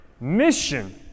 Mission